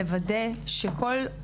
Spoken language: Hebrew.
לוודא שכל,